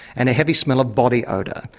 and a heavy smell of body odour.